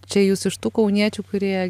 čia jūs iš tų kauniečių kurie